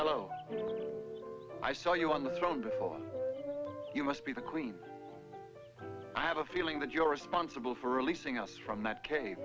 hello i saw you on the phone before you must be the queen i have a feeling that you're responsible for releasing us from that cave